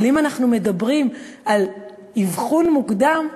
אבל אם אנחנו מדברים על אבחון מוקדם,